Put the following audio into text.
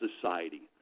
society